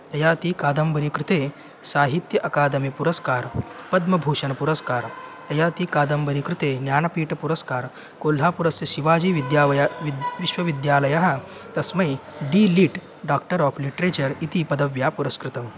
तयाति कादम्बरी कृते साहित्य अकादमिपुरस्कारः पद्मभूषणपुरस्कारः तया ती कादम्बरी कृते ज्ञानपीठपुरस्कारः कोल्हापुरस्य शिवाजीविद्यालयः विद् विश्वविद्यालयः तस्मै D Litt doctor of literature इति पदव्या पुरस्कृतम्